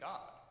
God